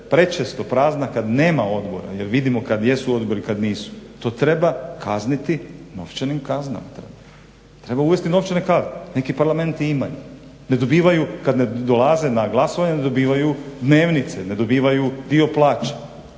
prečesto prazna kada nema odbora jel vidimo kada jesu a kada nisu odbori. To treba kazniti novčanim kaznama. Treba uvesti novčane kazne. Neki parlamenti imaju, ne dobivaju kada ne dolaze na glasovanje ne dobivaju dnevnice, ne dobivaju dio plaće.